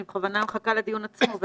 כי אני רוצה להתייחס אחרי הדיון עצמו.